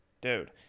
Dude